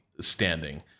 standing